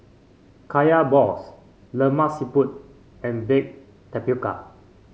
Kaya Balls Lemak Siput and Baked Tapioca